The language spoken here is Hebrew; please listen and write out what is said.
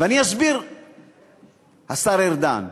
השר ארדן,